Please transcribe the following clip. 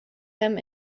them